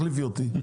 אני